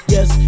Yes